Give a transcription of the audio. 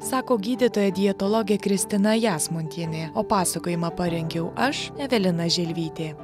sako gydytoja dietologė kristina jasmontienė o pasakojimą parengiau aš evelina želvytė